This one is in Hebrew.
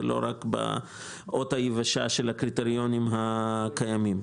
לא רק באות היבשה של הקריטריונים הקיימים.